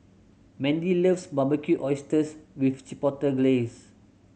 Mendy loves Barbecued Oysters with Chipotle Glaze